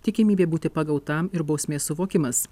tikimybė būti pagautam ir bausmės suvokimas